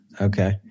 Okay